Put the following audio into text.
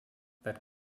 that